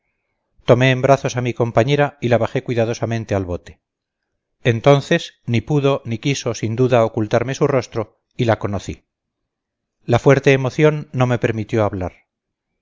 tomé en brazos a mi compañera y la bajé cuidadosamente al bote entonces ni pudo ni quiso sin duda ocultarme su rostro y la conocí la fuerte emoción no me permitió hablar